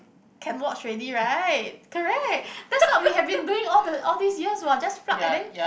can watch already right correct that's what we have been doing all the all these years what just plug and then